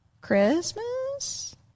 Christmas